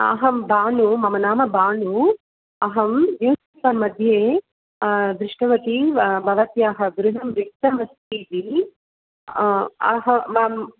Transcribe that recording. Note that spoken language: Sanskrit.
अहं भानु मम नाम भानु अहं न्यूस् पेपर् मध्ये दृष्टवती भवत्याः गृहं रिक्तमस्ति इति अहं मम्